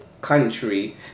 country